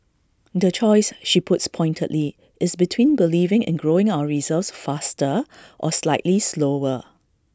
the choice she puts pointedly is between believing in growing our reserves faster or slightly slower